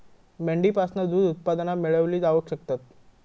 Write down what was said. मेंढीपासना दूध उत्पादना मेळवली जावक शकतत